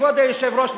כבוד היושב-ראש,